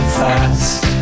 fast